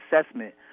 assessment